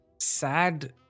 sad